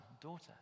daughter